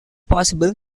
possible